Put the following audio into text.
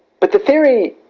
but the theory,